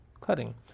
Cutting